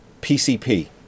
PCP